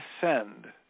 descend